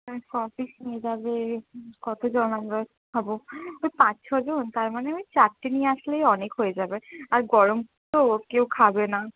হ্যাঁ ক পিস নিয়ে যাবে কতজন আমরা খাবো ওই পাঁচ ছয় জন তারমানে ওই চারটে নিয়ে আসলেই অনেক হয়ে যাবে আর গরম তো কেউ খাবে না